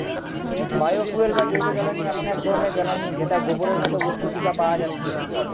bio fuel বা জৈবজ্বালানি এমন এক ধরণের জ্বালানী যেটা গোবরের মতো বস্তু থিকে পায়া যাচ্ছে